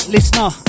Listener